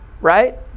right